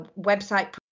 website